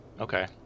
Okay